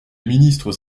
ministres